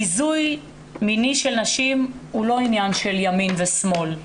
ביזוי מיני של נשים הוא לא עניין של ימין ושמאל.